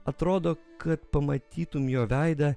atrodo kad pamatytum jo veidą